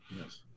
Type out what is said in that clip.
Yes